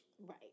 Right